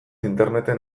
interneten